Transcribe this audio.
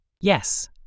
Yes